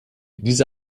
diese